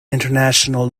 international